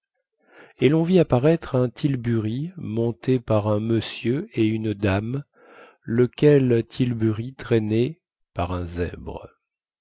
et lon vit apparaître un tilbury monté par un monsieur et une dame lequel tilbury traîné par un zèbre